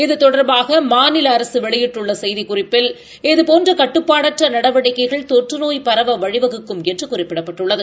இது தொடர்பாக மாநில அரசு வெளியிட்டுள்ள செய்திக்குறிப்பில் இதபோன்ற கட்டுப்பாடற்ற நடவடிக்கைகள் தொற்று நோய் பரவ வழிவகுக்கும் என்று குறிப்பிடப்பட்டுள்ளது